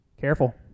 careful